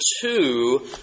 two